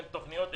אין תוכניות,